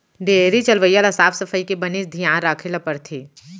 dairy चलवइया ल साफ सफई के बनेच धियान राखे ल परथे